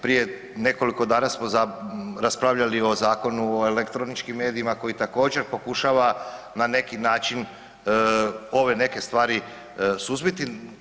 Prije nekoliko dana smo raspravljali o Zakonu o elektroničkim medijima koji također pokušava na neki način ove neke stvari suzbiti.